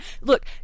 Look